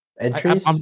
Entries